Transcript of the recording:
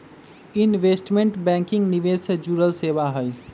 investment banking निवेश से जुड़ल सेवा हई